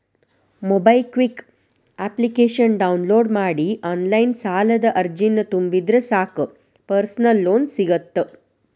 MobiKwik application download ಮಾಡಿ online ಸಾಲದ ಅರ್ಜಿನ ತುಂಬಿದ್ರ ಸಾಕ್ ಪರ್ಸನಲ್ ಲೋನ್ ಸಿಗತ್ತ